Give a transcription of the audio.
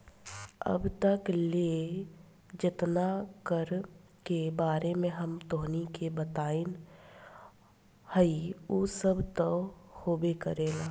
अब तक ले जेतना कर के बारे में हम तोहनी के बतइनी हइ उ सब त होबे करेला